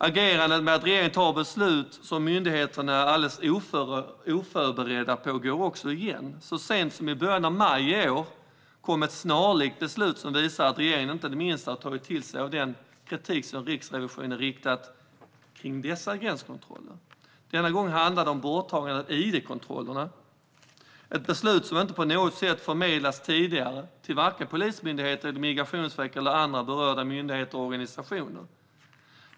Regeringens agerande att fatta beslut som myndigheterna är alldeles oförberedda på går igen. Så sent som i början av maj i år kom ett snarlikt beslut som visar att regeringen inte det minsta tagit till sig av den kritik som Riksrevisionen riktat mot gränskontrollerna. Denna gång handlade det om borttagandet av id-kontrollerna, ett beslut som inte på något sätt har förmedlats tidigare till vare sig Polismyndigheten, Migrationsverket eller andra berörda myndigheter och organisationer.